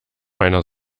meiner